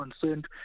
concerned